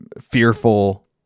fearful